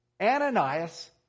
Ananias